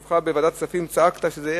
ביושבך בוועדת הכספים צעקת שזה יהיה